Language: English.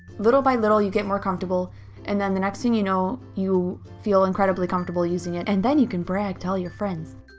little by little you get more comfortable and then the next thing you know, you feel incredibly comfortable using it. and then you can brag to all of your friends!